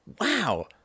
wow